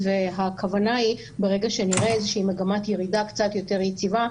והכוונה היא שברגע שנראה איזה שהיא מגמת ירידה קצת יותר יציבה,